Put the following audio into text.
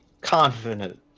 confident